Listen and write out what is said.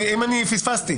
אולי פספסתי.